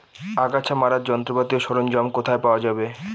আগাছা মারার যন্ত্রপাতি ও সরঞ্জাম কোথায় পাওয়া যাবে?